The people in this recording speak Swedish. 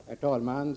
Herr talman!